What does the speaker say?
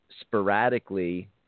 sporadically